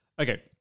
Okay